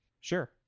Sure